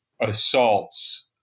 assaults